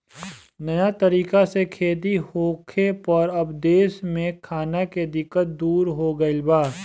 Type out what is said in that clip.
नया तरीका से खेती होखे पर अब देश में खाना के दिक्कत दूर हो गईल बा